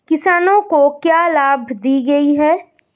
किसानों को क्या लाभ दिए गए हैं?